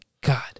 God